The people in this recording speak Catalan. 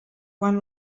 quan